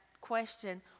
question